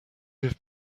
give